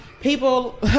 people